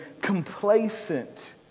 complacent